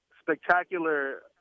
spectacular